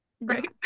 Right